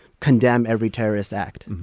condemn every terrorist act.